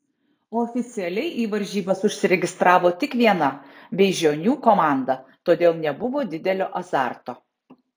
oficialiai į varžybas užsiregistravo tik viena beižionių komanda todėl nebuvo didelio azarto